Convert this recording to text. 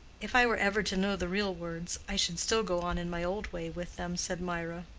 if i were ever to know the real words, i should still go on in my old way with them, said mirah,